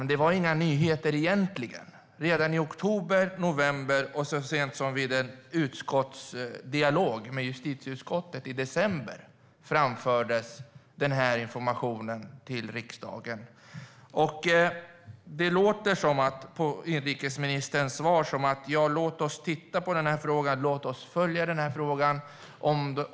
Men det var egentligen inga nyheter. Redan i oktober, november och så sent som vid en utskottsdialog med justitieutskottet i december framfördes den informationen till riksdagen. Det låter på inrikesministerns svar som att man menar: Ja, låt oss titta på den här frågan! Låt oss följa den här frågan!